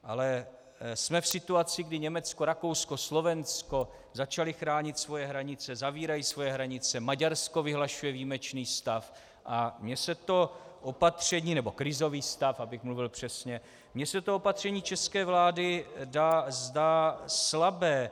Ale jsme v situaci, kdy Německo, Rakousko, Slovensko začaly chránit svoje hranice, zavírají svoje hranice, Maďarsko vyhlašuje výjimečný stav, a mně se to opatření nebo krizový stav, abych mluvil přesně mně se to opatření české vlády zdá slabé.